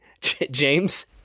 james